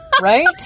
Right